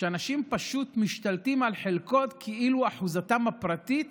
שאנשים פשוט משתלטים על חלקות כאילו הן אחוזתם הפרטית